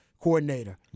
coordinator